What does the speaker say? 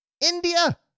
India